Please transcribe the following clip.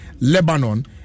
Lebanon